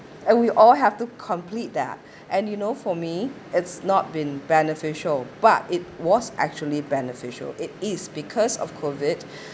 and we all have to complete that and you know for me it's not been beneficial but it was actually beneficial it is because of COVID